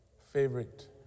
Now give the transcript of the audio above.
favorite